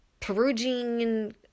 Perugine